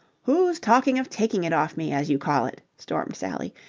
who's talking of taking it off me, as you call it? stormed sally.